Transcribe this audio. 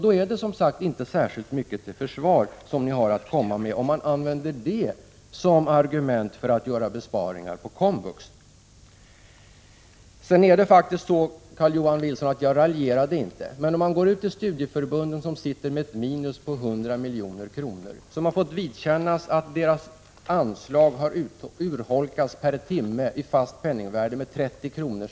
Då är det som sagt inte särskilt mycket till försvar som ni har att komma med, om ni använder det som argument för att göra besparingar på komvux. Sedan är det faktiskt så, Carl-Johan Wilson, att jag raljerade inte. Men om man går ut till studieförbunden, som sitter med ett minus på 100 milj.kr. och som har fått vidkännas att deras anslag har urholkats per timme i fast penningvärde med 30 kr.